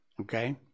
Okay